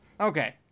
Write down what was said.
Okay